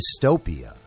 dystopia